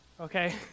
Okay